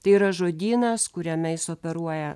tai yra žodynas kuriame jis operuoja